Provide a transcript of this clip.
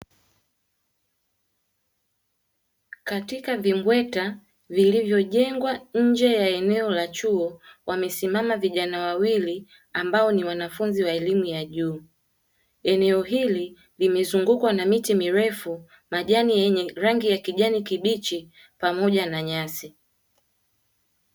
Katika vimbweta vilivyojengwa nje ya eneo la chuo, wamesimama vijana wawili ambao ni wanafunzi wa elimu ya juu. Eneo hili limezungukwa na miti mirefu, majani yenye rangi ya kijani kibichi, pamoja na nyasi.